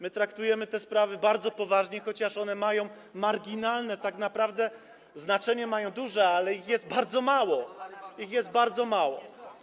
My traktujemy te sprawy bardzo poważnie, chociaż one mają marginalne... tak naprawdę znaczenie mają duże, ale ich jest bardzo mało - jest ich bardzo mało.